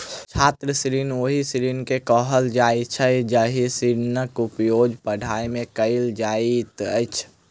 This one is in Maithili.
छात्र ऋण ओहि ऋण के कहल जाइत छै जाहि ऋणक उपयोग पढ़ाइ मे कयल जाइत अछि